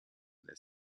this